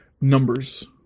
numbers